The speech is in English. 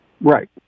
Right